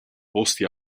posti